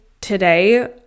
today